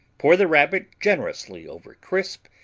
pour the rabbit generously over crisp,